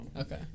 Okay